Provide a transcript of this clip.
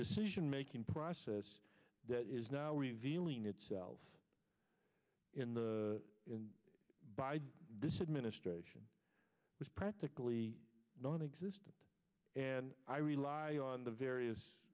decision making process that is now revealing itself in the by this administration is practically nonexistent and i rely on the various